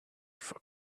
for